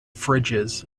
fridges